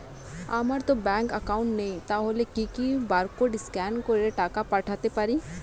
আমারতো bank account নেই তাহলে কি কি বারকোড স্ক্যান করে টাকা পাঠাতে পারি?